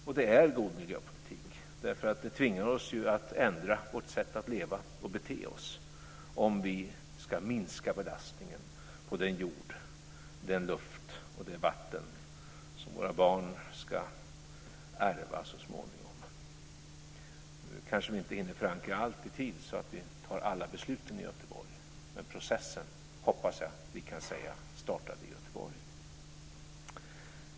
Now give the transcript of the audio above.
Det är också god miljöpolitik därför att det tvingar oss att ändra vårt sätt att leva och bete oss om vi ska minska belastningen på den jord, den luft och det vatten som våra barn ska ärva så småningom. Vi kanske inte hinner förankra allt i tid, så att vi fattar alla beslut i Göteborg. Men processen hoppas jag vi kan säga startade i Göteborg.